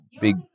big